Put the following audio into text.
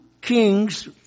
kings